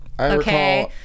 okay